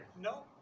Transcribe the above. No